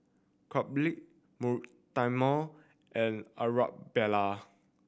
Caleb Mortimer and Arabella